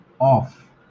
off